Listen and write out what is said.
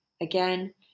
Again